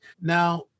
Now